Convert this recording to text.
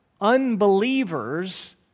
unbelievers